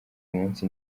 munsi